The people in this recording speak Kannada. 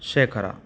ಶೇಖರ